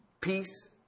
peace